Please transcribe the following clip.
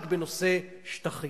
רק בנושא שטחים.